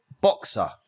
boxer